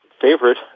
favorite